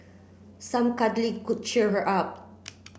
some cuddling could cheer her up